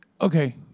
Okay